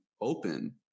open